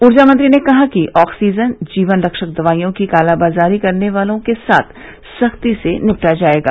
ऊर्जा मंत्री ने कहा कि ऑक्सीजन जीवन रक्षक दवाइयों की कालाबाजारी करने वालों के साथ सख्ती से निपटा जाएगा